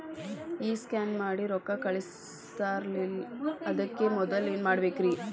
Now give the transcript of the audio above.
ಈ ಸ್ಕ್ಯಾನ್ ಮಾಡಿ ರೊಕ್ಕ ಕಳಸ್ತಾರಲ್ರಿ ಅದಕ್ಕೆ ಮೊದಲ ಏನ್ ಮಾಡ್ಬೇಕ್ರಿ?